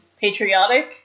patriotic